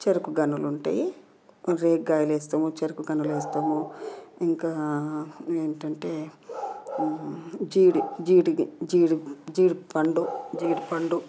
చెరుకు గనులు ఉంటాయి రేగి కాయలు వేస్తాం చెరుకు గనులు వేస్తాము ఇంకా ఏంటంటే జీడి జీడి జీడి పండు జీడి పండు